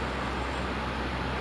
satu dua gitu ah